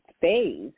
phase